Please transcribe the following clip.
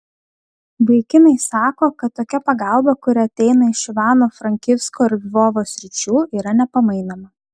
vaikinai sako kad tokia pagalba kuri ateina iš ivano frankivsko ir lvovo sričių yra nepamainoma